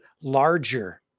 larger